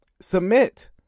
Submit